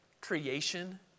creation